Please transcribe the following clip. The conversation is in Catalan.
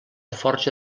forja